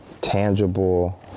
tangible